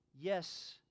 yes